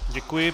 Děkuji.